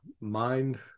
mind